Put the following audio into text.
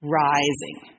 rising